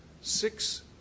Six